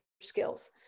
skills